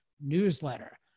newsletter